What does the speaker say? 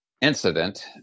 incident